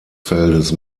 feldes